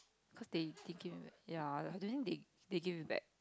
cause they ya I don't think they they give it back